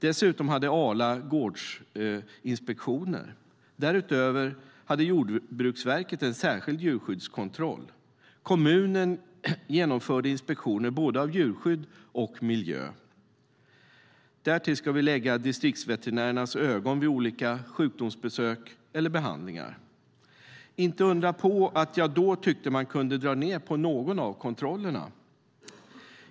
Dessutom hade Arla gårdsinspektioner. Därutöver hade Jordbruksverket en särskild djurskyddskontroll. Kommunen genomförde inspektioner både av djurskydd och av miljö. Därtill ska vi lägga distriktsveterinärernas ögon vid olika sjukdomsbesök eller behandlingar. Inte undra på att jag då tyckte att man kunde dra ned på någon av kontrollerna.